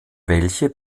welche